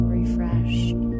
refreshed